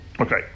Okay